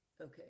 okay